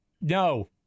no